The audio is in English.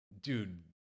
dude